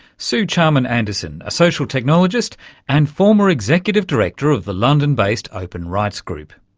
suw charman-anderson, a social technologist and former executive director of the london-based open rights group.